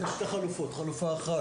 יש שתי חלופות: חלופה אחת